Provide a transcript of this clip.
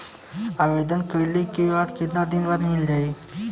आवेदन कइला के कितना दिन बाद मिल जाई?